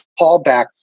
callback